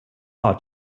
辖下